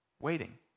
Waiting